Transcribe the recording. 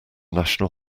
national